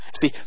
See